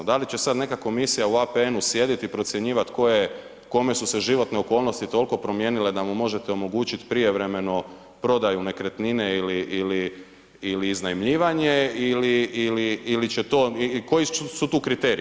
Da li će sad neka komisija u APN-u sjediti i procjenjivati tko je, kome su se životne okolnosti toliko promijenile da mu možete omogućiti prijevremeno prodaju nekretnine ili iznajmljivanje ili će to, koji su tu kriteriji?